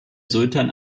sultan